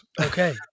Okay